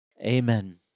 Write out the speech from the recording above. Amen